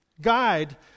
guide